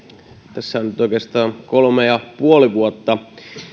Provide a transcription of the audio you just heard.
tässä on nyt oikeastaan kolme ja puoli vuotta